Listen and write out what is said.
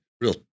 real